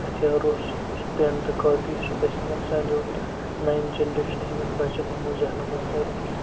ہتھیار اوٗس سُہ پیٚن تہٕ کاپی سُہ گَژھہٕ نہٕ سانیٚو نَیَن جَنریشنہِ ہنٛدیٚن بَچَن ہنٛدیٚو ذہنو منٛز نیرُن کیٚنٛہہ